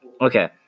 okay